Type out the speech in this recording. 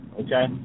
Okay